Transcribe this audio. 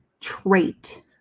trait